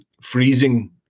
freezing